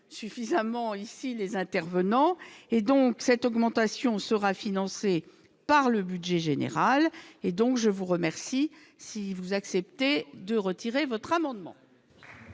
suffisamment ici les intervenants et donc cette augmentation sera financé par le budget général et donc, je vous remercie, si vous acceptez de retirer votre amendement.